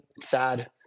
sad